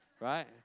right